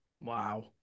Wow